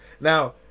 Now